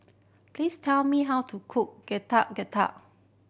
please tell me how to cook Getuk Getuk